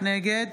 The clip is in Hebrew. נגד